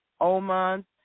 Oman